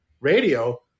radio